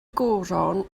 goron